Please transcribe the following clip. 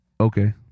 Okay